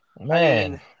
Man